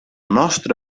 nostre